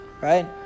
right